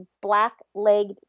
black-legged